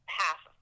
half